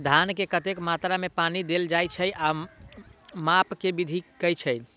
धान मे कतेक मात्रा मे पानि देल जाएँ छैय आ माप केँ विधि केँ छैय?